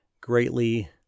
greatly